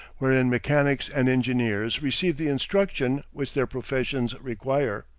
wherein mechanics and engineers receive the instruction which their professions require.